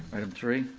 item three?